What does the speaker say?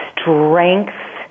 strength